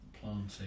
planting